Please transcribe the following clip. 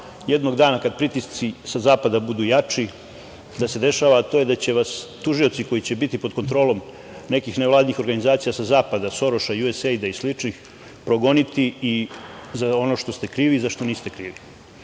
jednog dana, kada pritisci sa zapada budu jači, da se dešava, a to je da će vas tužioci, koji će biti pod kontrolom nekih nevladinih organizacija sa zapada, Soroša, USAID i sličnih, progoniti i za ono što ste krivi i za ono što niste krivi. Dakle,